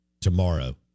tomorrow